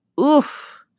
Oof